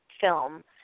film